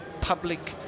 public